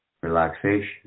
Relaxation